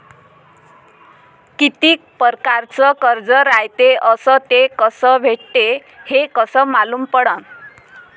कितीक परकारचं कर्ज रायते अस ते कस भेटते, हे कस मालूम पडनं?